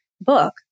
book